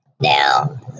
Now